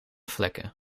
vlekken